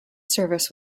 service